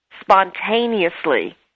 spontaneously